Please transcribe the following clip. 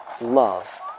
love